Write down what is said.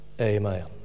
Amen